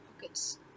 pockets